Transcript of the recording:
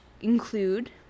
include